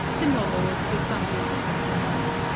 similar laws, with some differences remaining.